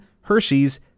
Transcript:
Hershey's